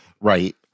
Right